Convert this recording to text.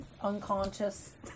unconscious